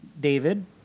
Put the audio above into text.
David